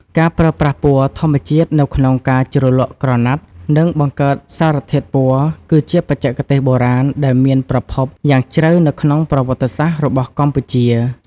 ការប្រើប្រាស់ពណ៌ធម្មជាតិនៅក្នុងការជ្រលក់ក្រណាត់ និងបង្កើតសារធាតុពណ៌ គឺជាបច្ចេកទេសបុរាណដែលមានប្រភពយ៉ាងជ្រៅនៅក្នុងប្រវត្តិសាស្ត្ររបស់កម្ពុជា។